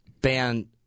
ban